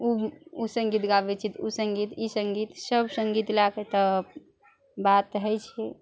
उ उ सङ्गीत गाबय छै तऽ उ सङ्गीत ई सङ्गीत सब सङ्गीत लए कऽ तब बात हइ छै